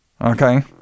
Okay